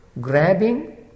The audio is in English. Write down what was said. grabbing